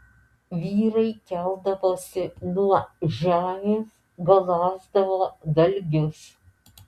vyrai keldavosi nuo žemės galąsdavo dalgius